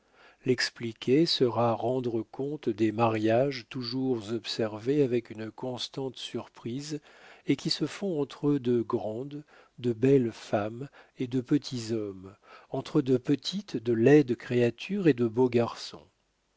l'expliquer sera rendre compte des mariages toujours observés avec une constante surprise et qui se font entre de grandes de belles femmes et de petits hommes entre de petites de laides créatures et de beaux garçons